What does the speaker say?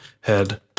head